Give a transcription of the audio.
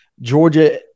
Georgia